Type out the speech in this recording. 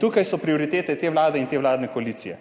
Tukaj so prioritete te vlade in te vladne koalicije